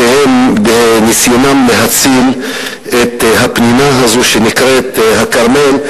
שבניסיונם להציל את הפנינה הזאת שנקראת הכרמל,